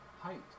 Height